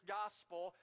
gospel